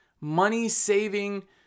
money-saving